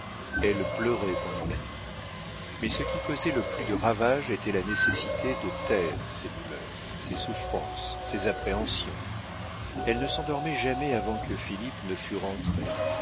elle pleurait pendant la nuit mais ce qui causait le plus de ravages était la nécessité de taire ses douleurs ses souffrances ses appréhensions elle ne s'endormait jamais avant que philippe ne fût rentré